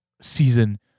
season